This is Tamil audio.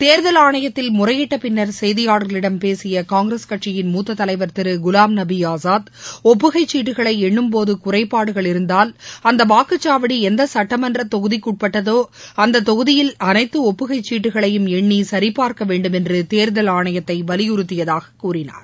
தேர்தல் ஆணையத்தில் முறையிட்ட பின்னர் செய்தியாளர்களிடம் பேசிய காங்கிரஸ் கட்சியின் மூத்த தலைவர் திரு குலாம்நபி ஆசாத் ஒப்புகைச்சீட்டுகளை எண்ணும்போது குறைபாடுகள் இருந்தால் அந்த வாக்குச்சாவடி எந்த சட்டமன்றத்தொகுதிக்குட்பட்டதோ அந்த தொகுதியில் அனைத்து ஒப்புகைச்சீட்டுகளையும் எண்ணி சரிபார்க்கவேண்டும் என்று தேர்தல் ஆணையத்தை வலியுறுத்தியதாக கூறினார்